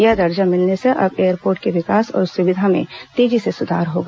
यह दर्जा मिलने से अब एयरपोर्ट के विकास और सुविधा में तेजी से सुधार होगा